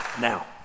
now